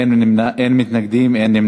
בעד, 8, אין מתנגדים, אין נמנעים.